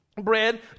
bread